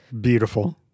beautiful